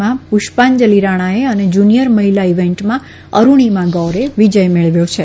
માં પુષ્પાંજલી રાણાએ અને જુનીયર મહિલા ઈવેન્ટમાં અરૂણીમા ગૌરએ વિજય મેળવ્યો છે